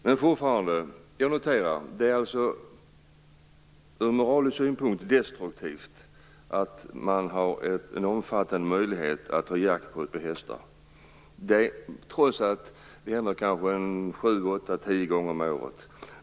Jag noterar att det ur moralisk synpunkt är destruktivt att man har en omfattande möjlighet att få jackpot på hästar, trots att det händer sju, åtta eller tio gånger om året.